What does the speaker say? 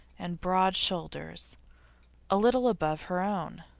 and broad shoulders a little above her own.